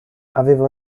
aveva